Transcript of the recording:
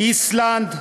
איסלנד,